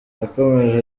yakomeje